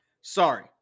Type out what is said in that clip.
Sorry